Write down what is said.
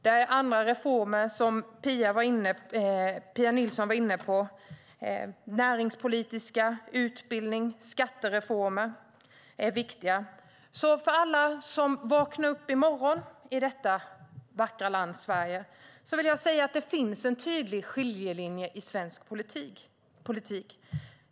Det finns andra reformer, som Pia Nilsson var inne på. Näringspolitiska reformer, utbildningsreformer och skattereformer är viktiga. Till alla som vaknar upp i morgon i detta vackra land, Sverige, vill jag säga att det finns en tydlig skiljelinje i svensk politik.